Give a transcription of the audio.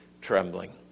trembling